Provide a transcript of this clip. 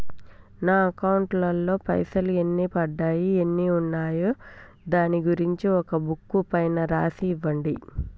నా అకౌంట్ లో పైసలు ఎన్ని పడ్డాయి ఎన్ని ఉన్నాయో దాని గురించి ఒక బుక్కు పైన రాసి ఇవ్వండి?